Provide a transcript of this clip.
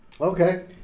Okay